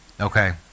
okay